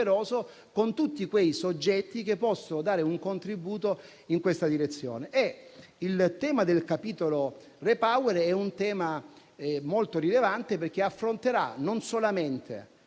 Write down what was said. con tutti i soggetti che possono dare un contributo in questa direzione. Il tema del capitolo Repower è molto rilevante, non solamente